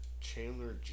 Chandler